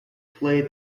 play